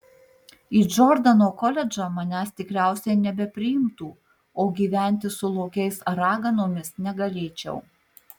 į džordano koledžą manęs tikriausiai nebepriimtų o gyventi su lokiais ar raganomis negalėčiau